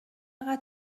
اینقدر